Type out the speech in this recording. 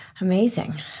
Amazing